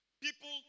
People